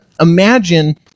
imagine